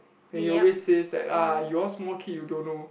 and he always says that ah you all small kid you don't know